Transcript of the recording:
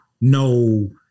no